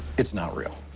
it's not real.